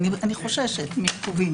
גם בימים עברו,